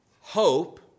Hope